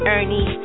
Ernie